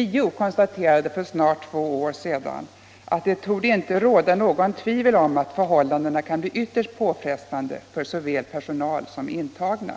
JO konstaterade för snart två år sedan att det inte torde råda något tvivel om att förhållandena kan bli ytterst påfrestande för såväl personal som intagna.